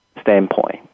standpoint